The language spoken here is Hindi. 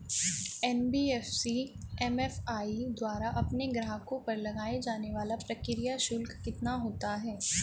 एन.बी.एफ.सी एम.एफ.आई द्वारा अपने ग्राहकों पर लगाए जाने वाला प्रक्रिया शुल्क कितना होता है?